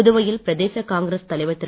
புதுவையில் பிரதேச காங்கிரஸ் தலைவர் திரு